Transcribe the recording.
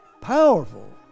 POWERFUL